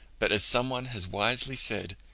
but as some one has wisely said,